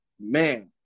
man